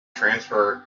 transfer